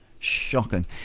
Shocking